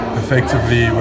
effectively